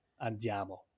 Andiamo